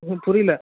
ஒன்றும் புரியலை